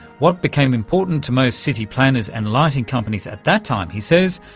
what became important to most city planners and lighting companies at that time, he says,